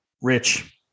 Rich